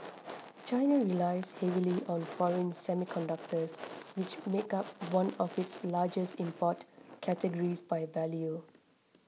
China relies heavily on foreign semiconductors which make up one of its largest import categories by value